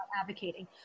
advocating